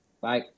Bye